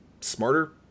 Smarter